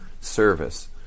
service